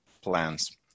plans